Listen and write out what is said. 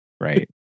right